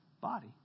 body